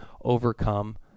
overcome